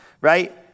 right